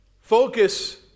focus